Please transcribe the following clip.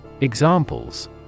Examples